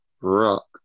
Rock